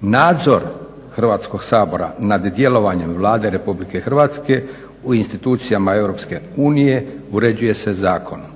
Nadzor Hrvatskog sabora nad djelovanjem Vlade Republike Hrvatske u institucijama Europske unije uređuje se zakonom.